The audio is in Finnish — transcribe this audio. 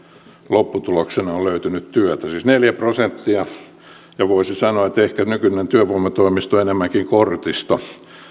lopputuloksena on löytänyt työtä siis neljä prosenttia voisi sanoa että ehkä nykyinen työvoimatoimisto on enemmänkin kortisto